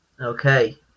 Okay